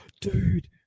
Dude